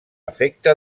efecte